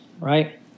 right